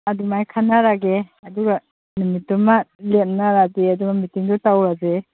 ꯑꯗꯨꯃꯥꯏꯅ ꯈꯟꯅꯔꯒꯦ ꯑꯗꯨꯒ ꯅꯨꯃꯤꯠꯇꯨꯃ ꯂꯦꯞꯅꯔꯒꯦ ꯑꯗꯨꯒ ꯃꯤꯇꯤꯡꯗꯨ ꯇꯧꯔꯁꯦ